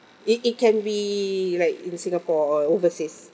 it it can be like in Singapore or overseas